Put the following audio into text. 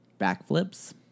Backflips